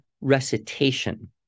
recitation